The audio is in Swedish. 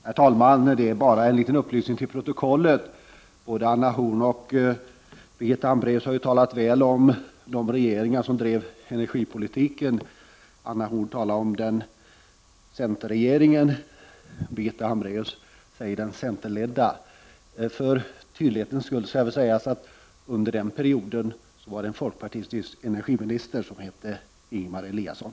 Herr talman! Jag vill som en liten upplysning till protokollet säga följande: Både Anna Horn af Rantzien och Birgitta Hambraeus har talat väl om det sätt på vilket de tidigare regeringarna bedrev energipolitiken. Anna Horn af Rantzien talade om centerregeringen och Birgitta Hambraeus talade om den centerledda regeringen. För tydlighetens skull skall sägas att det under den perioden var en folkpartistisk energiminister som hette Ingemar Eliasson.